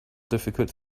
difficult